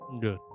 Good